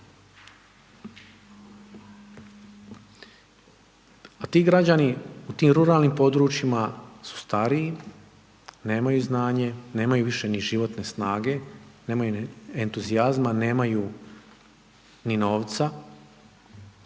A ti građani u tim ruralnim područjima su stariji, nemaju znanje, nemaju više ni životne snage, nemaju ni entuzijazma, nemaju ni novca,